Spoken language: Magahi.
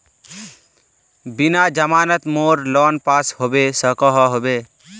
बिना जमानत मोर लोन पास होबे सकोहो होबे?